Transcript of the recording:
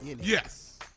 Yes